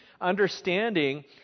understanding